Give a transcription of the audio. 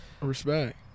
Respect